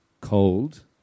cold